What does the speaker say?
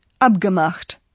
Abgemacht